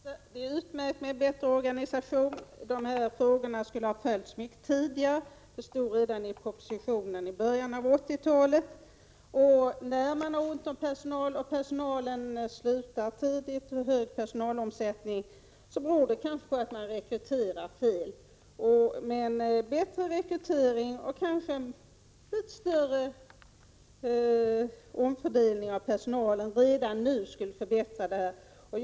Herr talman! Det är utmärkt med en bättre organisation, men dessa frågor skulle ha följts upp mycket tidigare. Det stod redan i propositionen i början av 1980-talet. Om man har ont om personal och stor personalomsättning beror det kanske på att rekryteringen sker på fel sätt. Men bättre rekrytering och större omfördelning av personalen redan nu skulle innebära en förbättring.